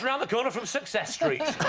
the the corner from success street.